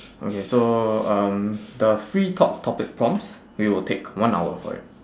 okay so um the free talk topic prompts we will take one hour for it